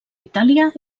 itàlia